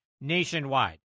nationwide